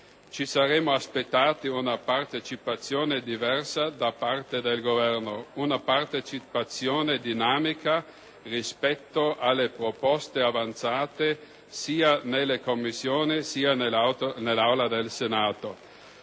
Ci saremmo aspettati una partecipazione diversa da parte del Governo. Una partecipazione dinamica rispetto alle proposte avanzate, sia nelle Commissioni sia nell'Aula del Senato.